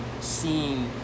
seeing